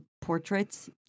portraits